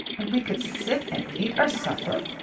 and we could sit and eat our supper,